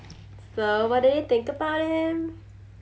so what do they think about him